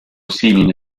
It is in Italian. simili